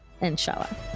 inshallah